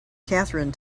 catherine